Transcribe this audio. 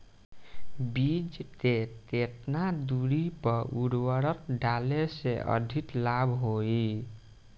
बीज के केतना दूरी पर उर्वरक डाले से अधिक लाभ होई?